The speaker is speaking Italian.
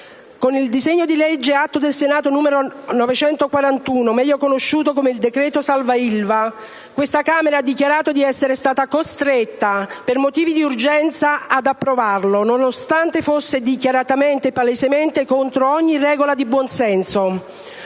del disegno di legge Atto Senato n. 941, meglio conosciuto come il decreto salva-Ilva, questa Camera dichiara di essere costretta, per motivi di urgenza, ad approvarlo nonostante fosse dichiaratamente e palesemente contro ogni regola di buon senso: